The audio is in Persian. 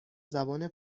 زبان